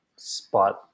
spot